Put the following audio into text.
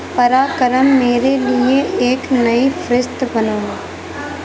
برائے کرم میرے لیے ایک نئی فہرست بناؤ